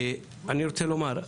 אני רוצה לומר,